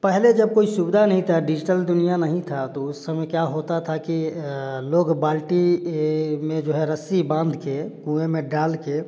पहले जब कोई सुविधा नहीं था डिजिटल दुनिया नहीं था तो उसे समय क्या होता था कि लोग बाल्टी में जो है रस्सी बांध के कुएँ में डाल के